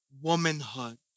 womanhood